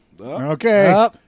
Okay